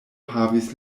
havis